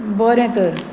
बरें तर